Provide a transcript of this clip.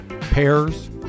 pears